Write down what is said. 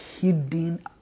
hidden